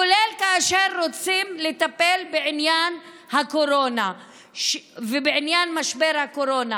כולל כאשר רוצים לטפל בעניין הקורונה ובעניין משבר הקורונה.